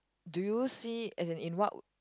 do you see as in in what